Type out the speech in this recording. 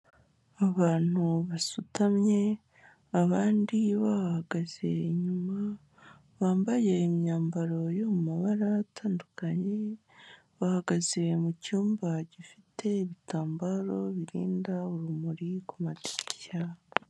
Abantu basutamye abandi babahagaze inyuma bambaye imyambaro yo mabara atandukanye, bahagaze mu cyumba gifite ibitambaro birinda urumuri ku madishya.